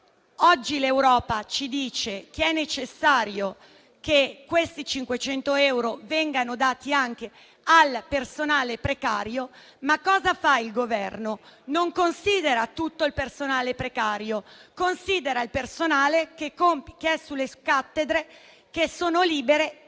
Oggi l'Europa ci dice che è necessario che i 500 euro vengano dati anche al personale precario. Cosa fa il Governo? Non considera tutto il personale precario, ma considera quello che è sulle cattedre libere